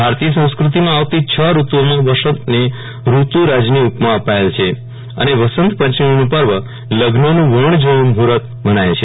ભારતીય સંસ્કૃતિમાં આવતી છ રૂતુ ઓમાં વસંતને રૂતુ રાજની ઉપમાં અપાયેલ છે અને વસંત પંચમીનું પર્વ લગ્નનું વણજોયુ મુ હતમનાય છે